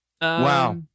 Wow